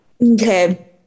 Okay